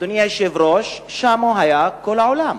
אדוני היושב-ראש, היה שם כל העולם.